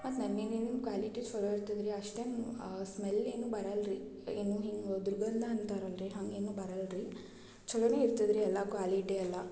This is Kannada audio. ಮತ್ ನಲ್ಲಿ ನೀರಿನ್ ಕ್ವಾಲಿಟಿ ಚಲೋ ಇರ್ತದ್ ರೀ ಅಷ್ಟೇನ್ ಸ್ಮೆಲ್ ಏನು ಬರಲ್ ರೀ ಏನು ಹಿಂಗ್ ದುರ್ಗಂದ ಅಂತಾರ್ ಅಲ್ರಿ ಹಂಗೇನು ಬರಲ್ ರೀ ಛಲೋನೆ ಇರ್ತದೆ ರೀ ಎಲ್ಲ ಕ್ವಾಲಿಟಿ ಎಲ್ಲ